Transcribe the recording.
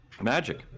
Magic